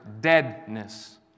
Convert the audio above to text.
deadness